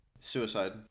Suicide